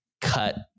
cut